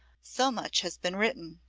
so much has been written,